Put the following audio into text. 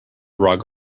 rug